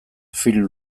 film